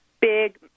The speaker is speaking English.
big